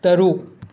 ꯇꯔꯨꯛ